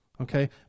Okay